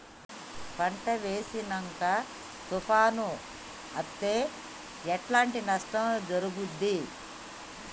పంట వేసినంక తుఫాను అత్తే ఎట్లాంటి నష్టం జరుగుద్ది?